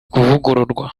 kuvugururwa